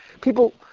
People